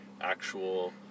actual